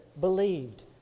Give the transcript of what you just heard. believed